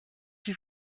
die